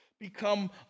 become